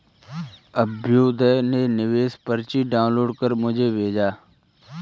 अभ्युदय ने निवेश पर्ची डाउनलोड कर मुझें भेजा